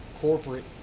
corporate